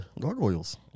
Gargoyles